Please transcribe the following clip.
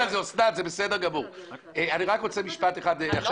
איתן, א',